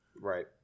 Right